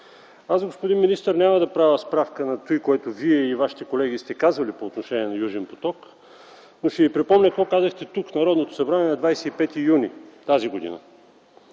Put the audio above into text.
Аз, господин министър, няма да правя справка за това, което Вие и Вашите колеги сте казвали по отношение на „Южен поток”, но ще Ви припомня какво казахте тук, в Народното събрание, на 25 юни т.г.